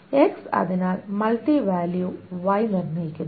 X അതിനാൽ multi value Y നിർണ്ണയിക്കുന്നു